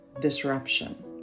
disruption